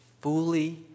fully